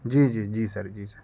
جی جی جی سر جی سر